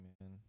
man